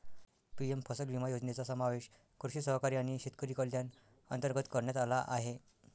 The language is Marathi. पी.एम फसल विमा योजनेचा समावेश कृषी सहकारी आणि शेतकरी कल्याण अंतर्गत करण्यात आला आहे